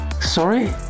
Sorry